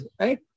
right